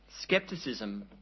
Skepticism